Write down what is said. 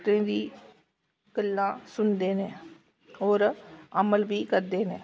डाॅक्टरें दी गल्लां सुनदे न होर अमल बी करदे न